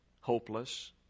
hopeless